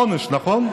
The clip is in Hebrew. עונש, נכון?